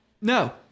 No